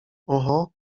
oho